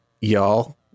y'all